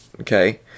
Okay